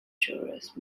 tourist